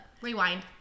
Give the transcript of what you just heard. rewind